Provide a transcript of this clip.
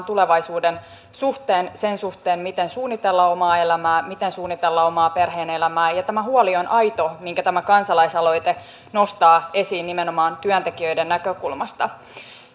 tulevaisuuden suhteen sen suhteen miten suunnitella omaa elämää miten suunnitella oman perheen elämää ja tämä huoli on aito minkä tämä kansalaisaloite nostaa esiin nimenomaan työntekijöiden näkökulmasta